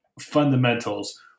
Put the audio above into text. fundamentals